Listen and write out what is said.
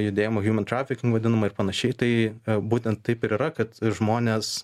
judėjimu hjuman trafik nu vadinamą ir panašiai tai būtent taip ir yra kad žmonės